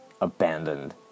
abandoned